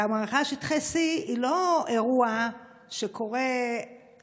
והמערכה על שטחי C היא לא אירוע שקורה על